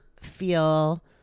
feel